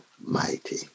mighty